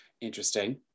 interesting